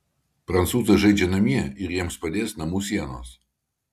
prancūzai žaidžia namie ir jiems padės namų sienos